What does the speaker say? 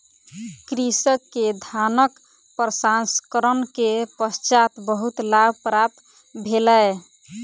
कृषक के धानक प्रसंस्करण के पश्चात बहुत लाभ प्राप्त भेलै